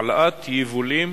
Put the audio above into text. העלאת יבולים